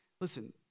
listen